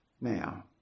Now